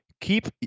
Keep